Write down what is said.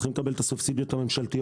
צריכים לקבל את הסובסידיות הממשלתיות.